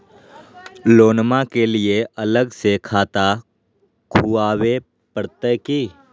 लोनमा के लिए अलग से खाता खुवाबे प्रतय की?